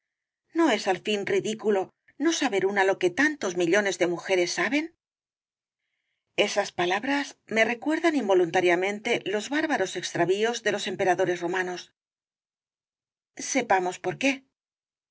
no es al fin ridículo no saber una lo que tantos millones de mujeres saben esas palabras me recuerdan involuntariamente los bárbaros extravíos de los emperadores romanos sepamos por qué